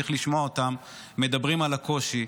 צריך לשמוע אותן מדברות על הקושי.